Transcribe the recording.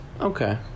Okay